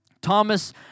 Thomas